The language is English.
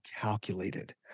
calculated